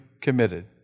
committed